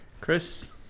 Chris